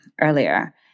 earlier